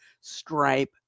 Stripe